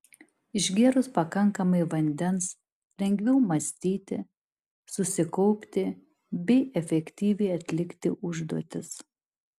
išgėrus pakankamai vandens lengviau mąstyti susikaupti bei efektyviai atlikti užduotis